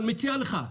אני מציע לך,